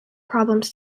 problems